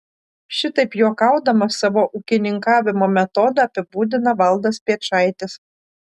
šitaip juokaudamas savo ūkininkavimo metodą apibūdina valdas piečaitis